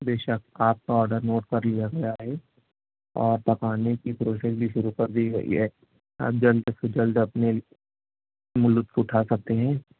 بے شک آپ کا آرڈر نوٹ کر لیا گیا ہے اور پکانے کی پروسیس بھی شروع کر دی گئی ہے آپ جلد سے جلد اپنے لطف اٹھا سکتے ہیں